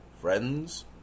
Friends